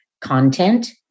content